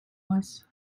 was